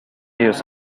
ellos